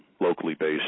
locally-based